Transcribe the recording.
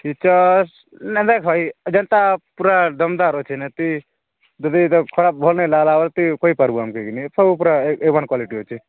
features ନା ଦେଖ୍ ଭାଇ ଯେନ୍ତା ପୁରା ଦମ୍ଦାର୍ ଅଛି ଯେମିତି ଯଦି ଖରାପ ଭଲ୍ ନାଇଁ ଲାଗିଲା ତୁଇ କହିପାରିବୁ ଆମ୍କେ କିନି ଏ ସବୁ ଏ ୱାନ୍ କ୍ୱାଲିଟିର ଅଛି